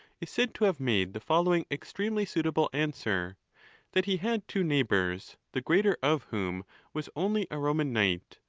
is said to have made the following extremely suit able answer that he had two neighbours, the greater of whom was only a koman knight,